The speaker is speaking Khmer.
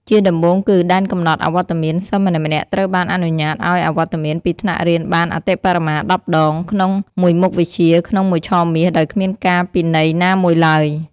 ជាដំបូងគឺ ដែនកំណត់អវត្តមាន សិស្សម្នាក់ៗត្រូវបានអនុញ្ញាតឱ្យអវត្តមានពីថ្នាក់រៀនបាន អតិបរមា ១០ ដង ក្នុងមួយមុខវិជ្ជាក្នុងមួយឆមាស ដោយគ្មានការពិន័យណាមួយឡើយ។